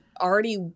already